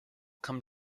come